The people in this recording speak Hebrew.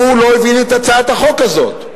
הוא לא הבין את הצעת החוק הזאת,